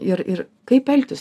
ir ir kaip elgtis